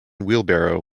wheelbarrow